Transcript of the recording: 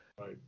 right